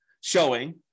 showing